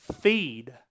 feed